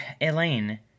Elaine